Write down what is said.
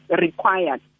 required